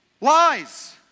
Lies